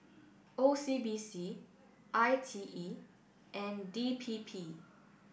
O C B C I T E and D P P